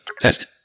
test